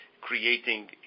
creating